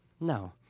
No